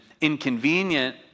inconvenient